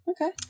Okay